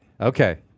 Okay